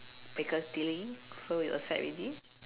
Picadilly so you accept already